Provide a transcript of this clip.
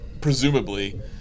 presumably